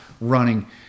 running